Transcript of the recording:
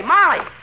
Molly